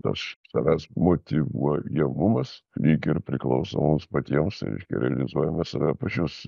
tas savęs motyvuojamumas lyg ir priklauso mums patiems reiškia realizuojame save pačius